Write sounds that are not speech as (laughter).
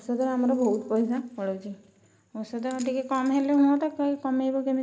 ଔଷଧରେ ଆମର ବହୁତ ପଇସା ପଳାଉଛି ଔଷଧ ଆଉ ଟିକେ କମ୍ ହେଲେ ହୁଅନ୍ତା କେହି କମାଇବ (unintelligible)